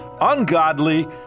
ungodly